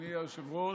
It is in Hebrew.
אדוני היושב-ראש,